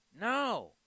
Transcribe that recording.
No